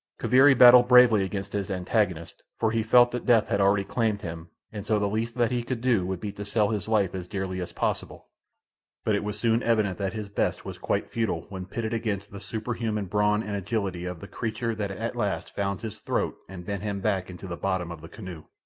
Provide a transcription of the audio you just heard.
kaviri battled bravely against his antagonist, for he felt that death had already claimed him, and so the least that he could do would be to sell his life as dearly as possible but it was soon evident that his best was quite futile when pitted against the superhuman brawn and agility of the creature that at last found his throat and bent him back into the bottom of the canoe.